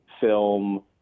film